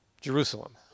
Jerusalem